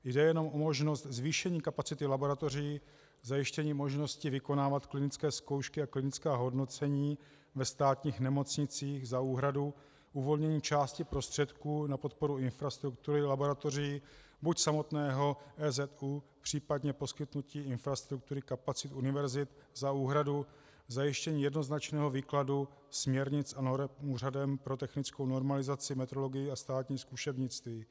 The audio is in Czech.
Jde jenom o možnost zvýšení kapacity laboratoří, zajištění možnosti vykonávat klinické zkoušky a klinická hodnocení ve státních nemocnicích za úhradu, uvolnění části prostředků na podporu infrastruktury laboratoří buď samotného EZÚ, případně poskytnutí infrastruktury kapacit univerzit za úhradu, zajištění jednoznačného výkladu směrnic a norem Úřadem pro technickou normalizaci, metrologii a státní zkušebnictví.